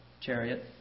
chariot